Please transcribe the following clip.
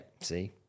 see